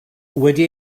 wedi